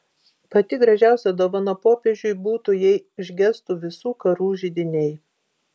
pati gražiausia dovana popiežiui būtų jei užgestų visų karų židiniai